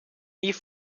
nie